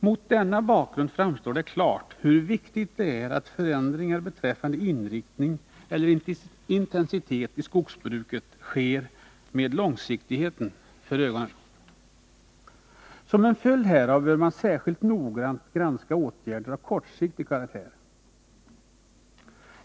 Mot denna bakgrund framstår det klart hur viktigt det är att förändringar beträffande inriktningen eller intensiteten i skogsbruket sker med långsiktigheten för ögonen. Som följd härav bör man särskilt noggrant granska åtgärder av kortsiktig karaktär.